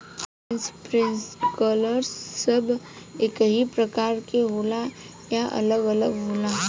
Sprinkler सब एकही प्रकार के होला या अलग अलग होला?